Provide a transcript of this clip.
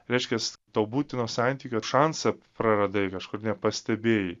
reiškias to būtino santykio šansą praradai kažkur nepastebėjai